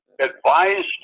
advised